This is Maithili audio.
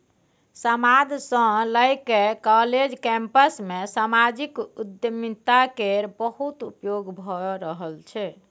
समाद सँ लए कए काँलेज कैंपस मे समाजिक उद्यमिता केर बहुत उपयोग भए रहल छै